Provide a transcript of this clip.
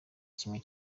kimwe